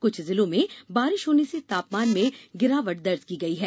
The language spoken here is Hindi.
कुछ जिलों में बारिश होने से तापमान में गिरावट दर्ज की गई है